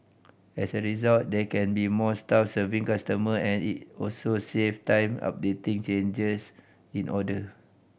as a result there can be more staff serving customer and it also save time updating changes in order